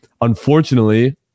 unfortunately